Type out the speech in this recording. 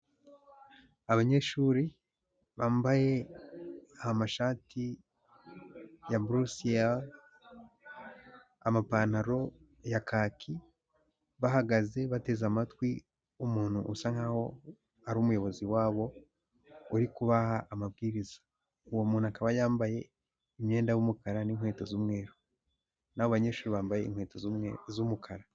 Abanyeshuri bambaye amashati ya burusiyeri, amapantaro ya kaki, bahagaze bateze amatwi umuntu usa nkaho ari umuyobozi wabo uri kubaha amabwiriza, uwo muntu akaba yambaye imyenda y'umukara, n'inkweto z'umweru, n'abo banyeshuri bambaye inkweto z'umweru z'umukara.